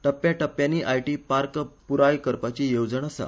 टप्प्याटप्प्यानी IT park पुराय करपाची येवजण आसा